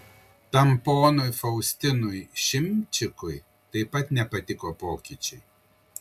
tam ponui faustinui šimčikui taip pat nepatiko pokyčiai